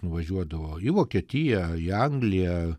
nuvažiuodavo į vokietiją į angliją